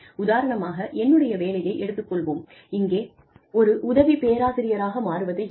உதாரணமாக என்னுடைய வேலையை எடுத்துக் கொள்வோம் இங்கே ஒரு உதவி பேராசிரியராக மாறுவது யார்